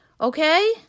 okay